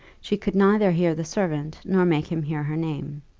she could neither hear the servant, nor make him hear her name.